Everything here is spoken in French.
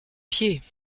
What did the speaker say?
pieds